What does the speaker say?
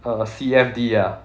uh C_F_D ah